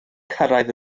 cyrraedd